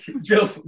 Joe